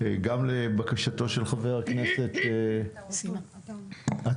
גם לבקשתו של חבר הכנסת עטאונה,